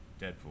Deadpool